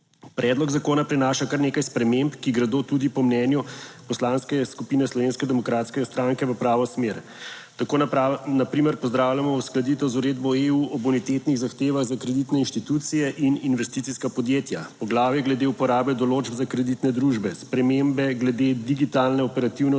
Predlog zakona prinaša kar nekaj sprememb, ki gredo tudi po mnenju Poslanske skupine Slovenske demokratske stranke v pravo smer. Tako na primer pozdravljamo uskladitev z uredbo EU o bonitetnih zahtevah za kreditne inštitucije in investicijska podjetja, poglavje glede uporabe določb za kreditne družbe, Spremembe glede digitalne operativne odpornosti